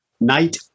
Night